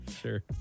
Sure